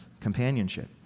companionship